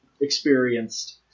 experienced